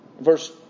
Verse